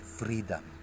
freedom